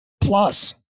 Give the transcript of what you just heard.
plus